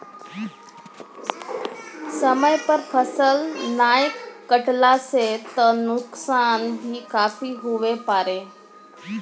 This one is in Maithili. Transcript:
समय पर फसल नाय कटला सॅ त नुकसान भी काफी हुए पारै